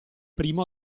primo